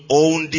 own